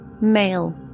male